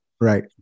right